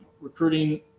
recruiting